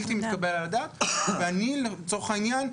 בלתי מתקבל על הדעת ואני לצורך העניין,